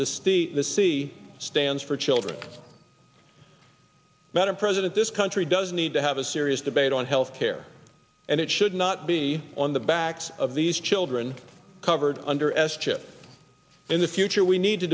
this the c stands for children madame president this country does need to have a serious debate on health care and it should not be on the backs of these children covered under s chip in the future we need to